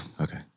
Okay